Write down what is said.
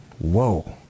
whoa